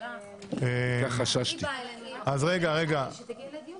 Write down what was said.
שיהיה לנו היום עוד סעיף